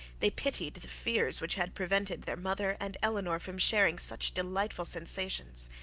they pitied the fears which had prevented their mother and elinor from sharing such delightful sensations.